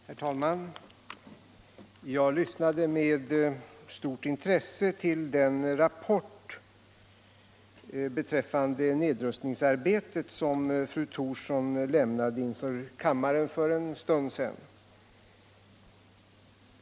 Herr talman! Jag lyssnade med stort intresse till den rapport beträffande nedrustningsarbetet som fru Thorsson lämnade inför kammaren för en stund sedan.